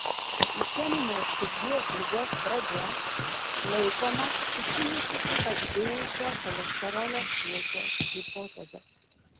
išeminės širdies ligos pradžia laikoma susijusi su padidėjusio cholesterolio kiekio hipoteze